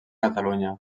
catalunya